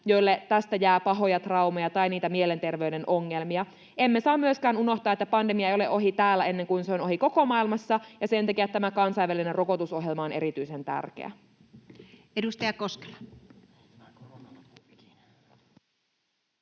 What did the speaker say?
joille tästä jää pahoja traumoja tai mielenterveyden ongelmia. Emme saa myöskään unohtaa, että pandemia ei ole ohi täällä ennen kuin se on ohi koko maailmassa, ja sen takia tämä kansainvälinen rokotusohjelma on erityisen tärkeä. [Speech